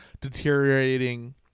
deteriorating